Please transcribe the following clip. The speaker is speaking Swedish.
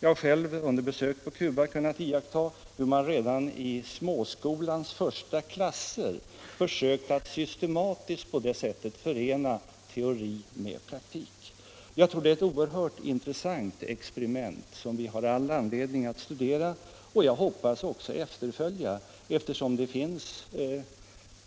Jag har själv under besök på Cuba kunnat iaktta hur man redan i småskolans första klasser försökt att systematiskt på det sättet förena teori med praktik. Jag tror att det är ett oerhört intressant experiment som vi har all anledning att studera och som jag hoppas också kommer att efterföljas, eftersom